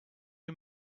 you